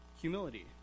humility